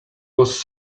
was